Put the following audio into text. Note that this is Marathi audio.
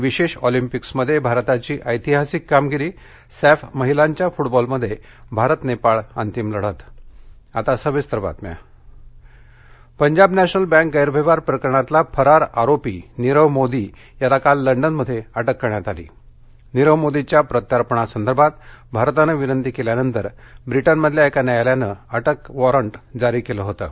विशेष ऑलिंपिक्समध्ये भारताची ऐतिहासिक कामगिरी सॅफ महिलांच्या फुटबॉलमध्ये भारत नेपाळ अंतिम लढत नीरव मोदी पंजाब नॅशनल बँक गैरव्यवहार प्रकरणातला फरार आरोपी नीरव मोदी याला काल लंडनमध्ये अटक करण्यात आली नीख मोदीच्या प्रत्यार्पणासंदर्भात भारतानं विनंती केल्यानंतर ब्रिटनमधल्या एका न्यायालयानं अटक वॉरंट जारी केलं होतं